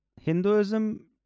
Hinduism